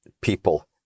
people